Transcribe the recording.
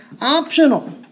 optional